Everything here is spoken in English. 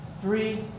three